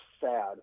sad